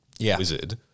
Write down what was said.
wizard